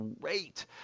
great